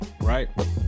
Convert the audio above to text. right